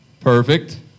Perfect